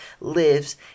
lives